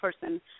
person